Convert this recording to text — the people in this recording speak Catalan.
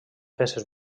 peces